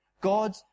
God